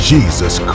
Jesus